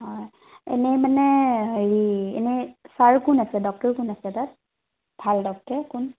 হয় এনেই মানে হেৰি এনেই ছাৰ আৰু কোন আছে ডক্টৰ কোন আছে তাত ভাল ডক্টৰ কোন